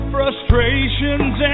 Frustrations